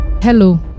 Hello